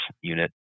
unit